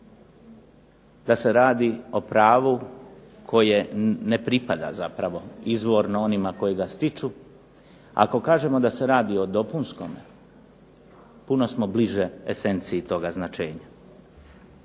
da se radi o pravu koje ne pripada zapravo izvorno onima koji ga stječu. Ako kažemo da se radi o dopunskome puno smo bliže esenciji toga značenja.